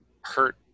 hurt